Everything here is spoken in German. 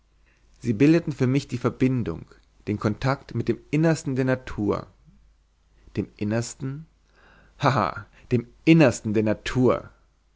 sie bildeten für mich die verbindung den kontakt mit dem innersten der natur dem innersten haha dem innersten der natur